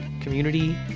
community